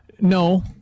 No